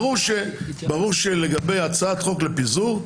ברור שלגבי הצעת חוק לפיזור,